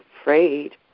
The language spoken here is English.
afraid